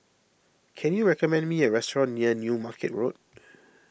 can you recommend me a restaurant near New Market Road